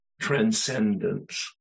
Transcendence